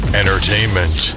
entertainment